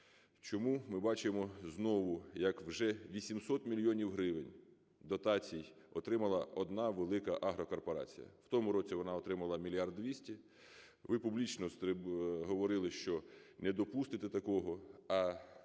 Чому ми бачимо знову, як вже 800 мільйонів гривень дотацій отримала одна велика агрокорпорація? В тому році вона отримала 1 мільярд 200, ви публічно говорили, що не допустите такого, а у